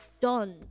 done